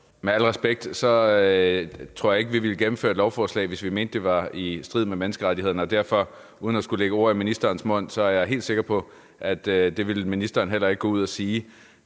Med al respekt tror jeg ikke, at vi ville gennemføre et lovforslag, hvis vi mente, det var i strid med menneskerettighederne. Uden at skulle lægge ord i ministerens mund vil jeg sige, at jeg er helt sikker på, at det ville ministeren ikke gå ud og sige.